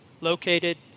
located